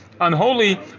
unholy